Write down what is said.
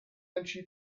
entschied